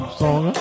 song